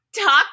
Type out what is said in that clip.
Talk